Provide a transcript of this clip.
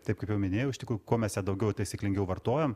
taip kaip jau minėjau iš tikrųjų kuo mes ją daugiau ir taisyklingiau vartojam